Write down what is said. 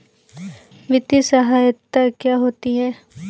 वित्तीय सहायता क्या होती है?